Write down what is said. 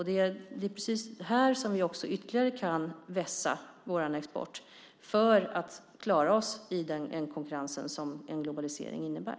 Det är här som vi ytterligare kan vässa vår export för att klara oss i den konkurrens som en globalisering innebär.